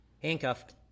Handcuffed